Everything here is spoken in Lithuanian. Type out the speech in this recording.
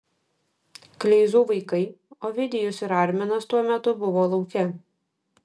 kleizų vaikai ovidijus ir arminas tuo metu buvo lauke